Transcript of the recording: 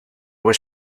was